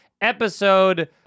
Episode